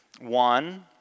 One